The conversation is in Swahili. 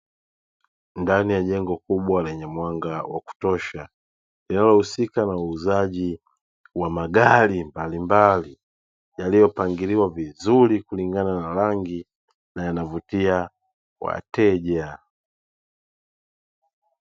Ndani ya jengo kubwa lenye mwanga wa kutosha linalo husika na uuzaji wa magari, mbalimbali yaliyopangiliwa vizuri kulingana na rangi kuvutia wateja.